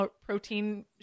protein